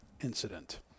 incident